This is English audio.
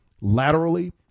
laterally